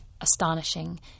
astonishing